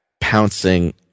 pouncing